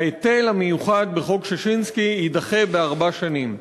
ההיטל המיוחד בחוק ששינסקי יידחה בארבע שנים.